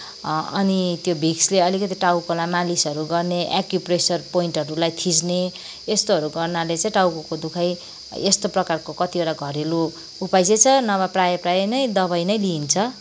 अनि त्यो भिक्सले अलिकति टाउकोलाई मालिसहरू गर्ने एक्युप्रेसर प्वान्टहरूलाई थिच्ने यस्तोहरू गर्नाले चाहिँ टाउकोहरूको दुखाइ यस्तो प्रकारको कत्तिवटा घरेलु उपाय चाहिँ छ नभए प्राय प्राय नै दवाई नै लिइन्छ